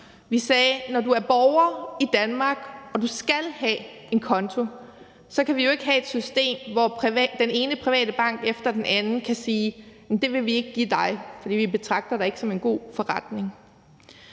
Vi sagde, at når du er borger i Danmark og du skal have en konto, kan vi jo ikke have et system, hvor den ene private bank efter den anden kan sige: Det vil vi ikke give dig, for vi betragter dig ikke som en god forretning.